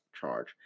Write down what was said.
charge